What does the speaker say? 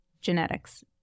genetics